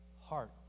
Heart